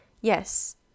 yes